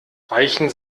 weichen